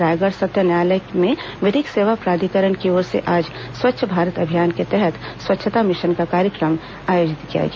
रायगढ़ सत्र न्यायालय में विधिक सेवा प्राधिकरण की ओर से आज स्वच्छ भारत अभियान के तहत स्वच्छता मिशन का कार्यक्रम आयोजित किया गया